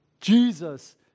Jesus